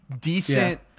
decent